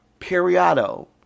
Periodo